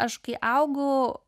aš kai augau